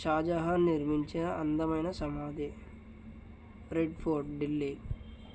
షాజహాన్ నిర్మించిన అందమైన సమాధి రెడ్ ఫోర్ట్ ఢిల్లీ